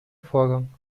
vorgang